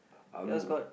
Ah-Loo